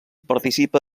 participa